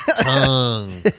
Tongue